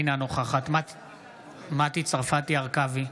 אינה נוכחת מטי צרפתי הרכבי,